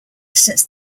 since